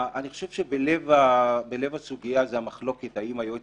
אני חושב שלב הסוגיה זאת המחלוקת אם היועץ